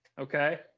okay